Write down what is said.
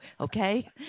okay